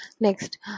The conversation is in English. Next